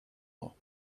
law